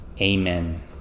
Amen